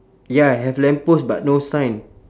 ya have lamp post but no sign